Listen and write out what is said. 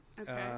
Okay